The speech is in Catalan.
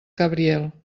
cabriel